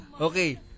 Okay